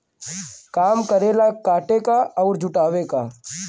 काम करेला काटे क अउर जुटावे क